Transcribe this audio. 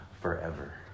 forever